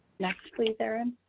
next please, erin.